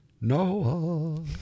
Noah